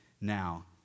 Now